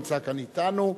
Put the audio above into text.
הנמצא כאן אתנו.